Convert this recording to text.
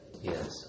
yes